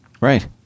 right